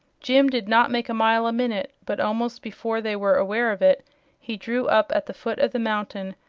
jim did not make a mile a minute but almost before they were aware of it he drew up at the foot of the mountain,